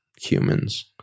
humans